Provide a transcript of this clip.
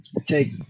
take